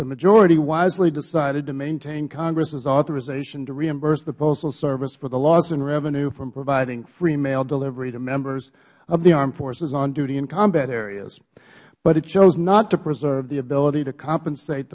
the majority wisely decided to maintain congress authorization to reimburse the postal service for the loss in revenue from providing free mail delivery to members of the armed services on duty in combat areas but it chose not to preserve the ability to compensate